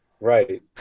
Right